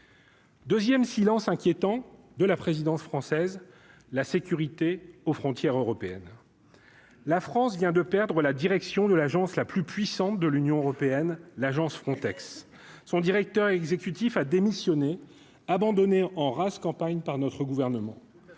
2ème silence inquiétant de la présidence française, la sécurité aux frontières européennes, la France vient de perdre la direction de l'agence la plus puissante de l'Union européenne, l'agence Frontex, son directeur exécutif a démissionné abandonné en rase campagne par notre gouvernement,